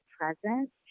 present